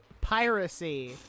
Piracy